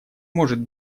может